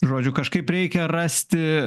žodžiu kažkaip reikia rasti